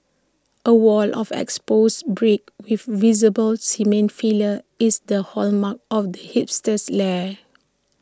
A wall of exposed bricks with visible cement fillers is the hallmark of the hipster's lair